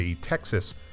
Texas